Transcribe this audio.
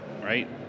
right